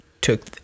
took